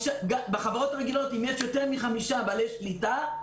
בחברות רגילות, אם יש יותר מחמישה בעלי שליטה,